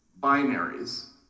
binaries